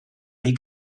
dir